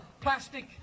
plastic